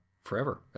forever